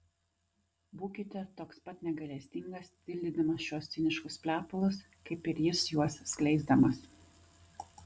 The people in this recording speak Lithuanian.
būkite toks pat negailestingas tildydamas šiuos ciniškus plepalus kaip ir jis juos skleisdamas